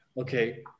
okay